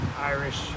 Irish